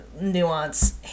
nuance